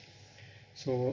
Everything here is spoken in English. so